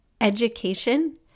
education